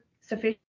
sufficient